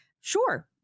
sure